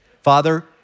Father